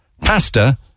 pasta